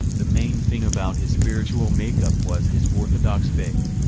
the main thing about his spiritual makeup was his orthodox faith.